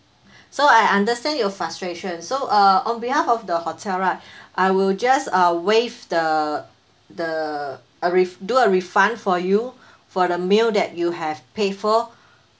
so I understand your frustration so uh on behalf of the hotel right I will just uh waive the the a ref~ do refund for you for the meal that you have paid for